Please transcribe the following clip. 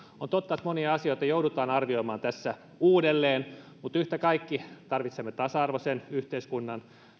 on totta että monia asioita joudutaan arvioimaan tässä uudelleen mutta yhtä kaikki tarvitsemme tasa arvoisen yhteiskunnan